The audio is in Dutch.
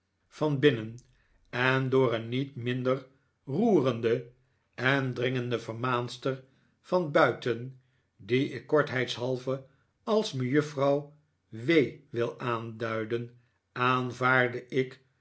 van binnen en door een niet minder roerende en dringende vermaanster van buiten die ik kortheidshalve als mejuffrouw w wil aanduiden aanvaardde ik